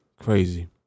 crazy